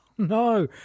No